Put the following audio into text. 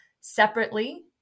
separately